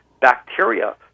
bacteria